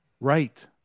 Right